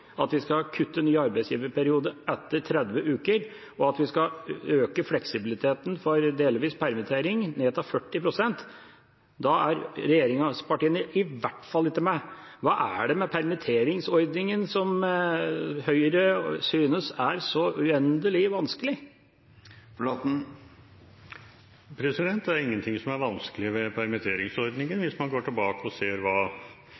at vi skal kutte ny arbeidsgiverperiode etter 30 uker, og at vi skal øke fleksibiliteten for delvis permittering ned til 40 pst., er regjeringspartiene i hvert fall ikke med. Hva er det med permitteringsordningen som Høyre synes er så uendelig vanskelig? Det er ingenting som er vanskelig med permitteringsordningen. Hvis man går tilbake og ser hva